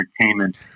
entertainment